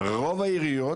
רוב העיריות,